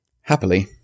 Happily